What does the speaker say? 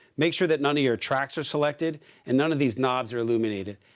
make sure that none of your tracks are selected and none of these knobs are illuminated.